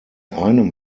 einem